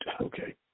Okay